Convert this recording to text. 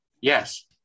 Yes